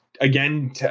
Again